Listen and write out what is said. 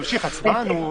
תמשיך, הצבעה.